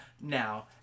now